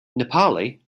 nepali